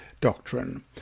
doctrine